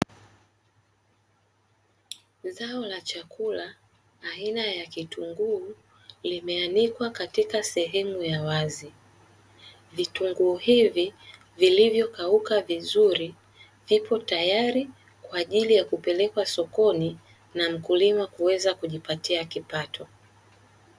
Zao la chakula aina ya vitunguu limeanikwa katika sehemu ya wazi, vitunguu hivi vilivyokauka vizuri vipo tayari kwa ajili ya kupelekwa sokoni na mkulima kuweza kujipatia kipato.